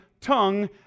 tongue